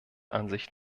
ansicht